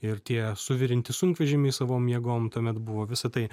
ir tie suvirinti sunkvežimiai savom jėgom tuomet buvo visa tai